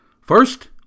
First